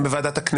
הם בוועדת הכנסת,